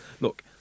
look